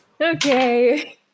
Okay